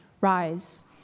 rise